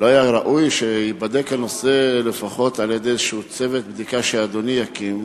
ולא היה ראוי שייבדק הנושא לפחות על-ידי איזה צוות בדיקה שאדוני יקים